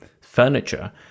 furniture